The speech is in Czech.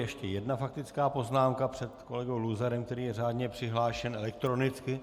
Ještě jedna faktická poznámka před kolegou Luzarem, který je řádně přihlášen elektronicky.